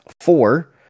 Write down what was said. four